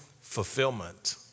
fulfillment